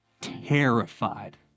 terrified